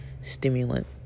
stimulant